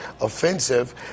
offensive